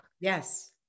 yes